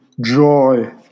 joy